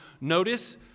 notice